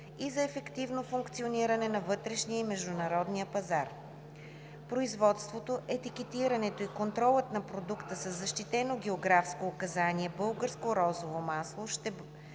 и за ефективно функциониране на вътрешния и международния пазар. Производството, етикетирането и контролът на продукта със защитено географско указание „Българско розово масло“